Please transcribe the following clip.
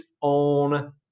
on